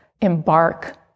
embark